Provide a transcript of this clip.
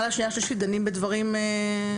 לשנייה ושלישית דנים בדברים לעומק.